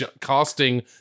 casting